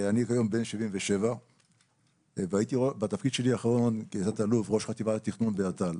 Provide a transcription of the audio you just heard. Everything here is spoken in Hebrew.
אני כיום בן 77. בתפקיד שלי האחרון כתא"ל הייתי ראש חטיבת התכנון באת"ל.